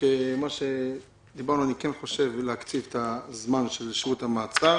אני כן חושב שצריך להקציב את זמן שהות המעצר